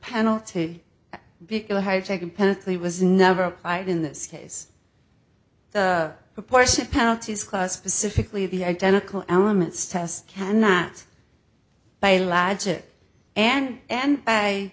perfectly was never applied in this case the proportion penalties class specifically the identical elements test cannot by logic and and